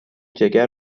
جگر